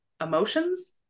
emotions